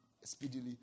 speedily